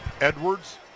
Edwards